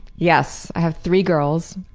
yes, i have three girls.